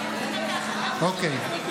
אוקיי.